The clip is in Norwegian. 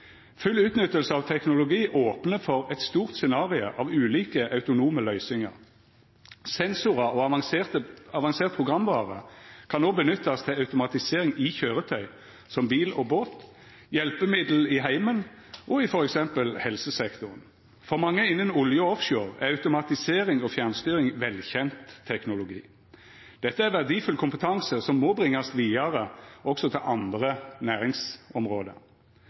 Full utnytting av teknologi opnar for eit stort scenario av ulike autonome løysingar. Sensorar og avansert programvare kan òg nyttast til automatisering i køyretøy som bil og båt, hjelpemiddel i heimen og i f.eks. helsesektoren. For mange innan olje og offshore er automatisering og fjernstyring velkjend teknologi. Dette er verdifull kompetanse som må bringast vidare også til andre næringsområde.